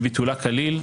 בביטולה כליל,